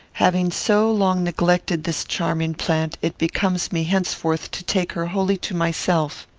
having so long neglected this charming plant, it becomes me henceforth to take her wholly to myself.